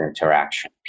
interaction